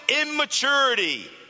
immaturity